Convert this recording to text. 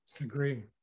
agree